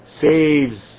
saves